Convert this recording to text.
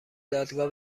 دادگاه